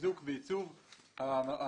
לחיזוק ועיצוב הממלכתי-דתי,